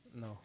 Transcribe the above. No